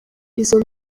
izo